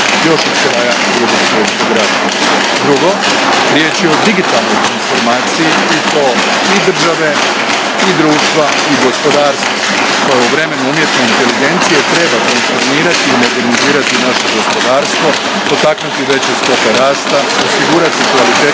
još od kraja Drugog svjetskog rata. Drugo, riječ je o digitalnoj transformaciji i to i države i društva i gospodarstva, koje u vremenu umjetne inteligencije treba transformirati i modernizirati naše gospodarstvo, potaknuti veće stope rasta, osigurati kvalitetnije